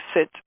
sit